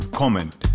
comment